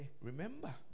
remember